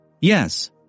Yes